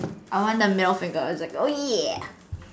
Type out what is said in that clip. I want the middle finger it's like oh yeah